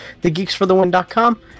thegeeksforthewin.com